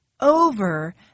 Over